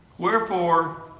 Wherefore